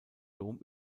dom